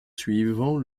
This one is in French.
suivant